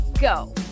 go